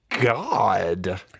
God